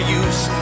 use